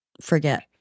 forget